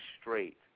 straight